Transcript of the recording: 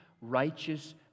righteous